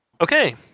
Okay